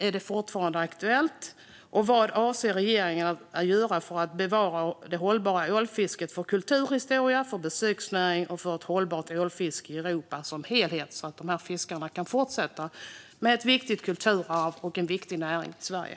Är det fortfarande aktuellt, och vad avser regeringen att göra för att bevara det hållbara ålfisket, för kulturhistoria, för besöksnäring och för ett hållbart ålfiske i Europa som helhet så att de här ålfiskarna kan fortsätta med ett viktigt kulturarv och en viktig näring i Sverige?